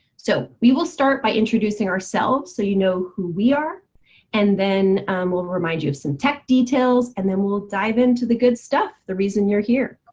so we will start by introducing ourselves so you know who we are and then we'll remind you of some tech details and then we'll dive into the good stuff, the reason you're here.